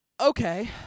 Okay